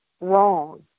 wrong